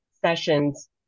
sessions